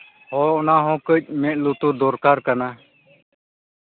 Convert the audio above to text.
ᱦᱮᱸ ᱚᱱᱟ ᱦᱚᱸ ᱠᱟᱹᱡ ᱢᱮᱫ ᱞᱩᱛᱩᱨ ᱫᱚᱨᱠᱟᱨ ᱠᱟᱱᱟ